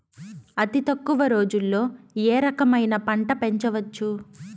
అతి తక్కువ రోజుల్లో ఏ రకమైన పంట పెంచవచ్చు?